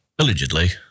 Allegedly